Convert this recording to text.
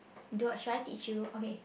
do I should I teach you okay